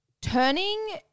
Turning